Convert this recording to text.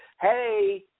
hey